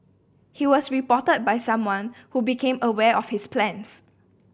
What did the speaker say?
he was reported by someone who became aware of his plans